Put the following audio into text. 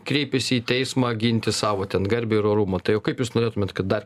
kreipiasi į teismą ginti savo ten garbę ir orumo tai o kaip jūs norėtumėt kad dar